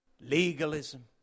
legalism